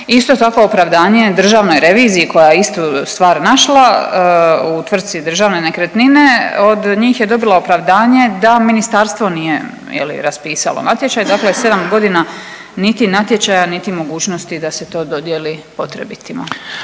Isto tako opravdanje je Državnoj reviziji koja je istu stvar našla u tvrtci Državne nekretnine. Od njih je dobila opravdanje da ministarstvo nije je li raspisalo natječaj. Dakle, 7 godina niti natječaja, niti mogućnosti da se to dodijeli potrebitima.